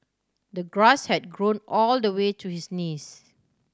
the grass had grown all the way to his knees